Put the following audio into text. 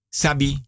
sabi